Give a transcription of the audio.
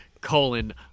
colon